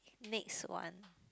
next one